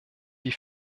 die